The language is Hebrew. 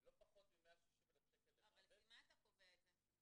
לא פחות מ-160,000 -- אבל לפי מה אתה קובע את זה?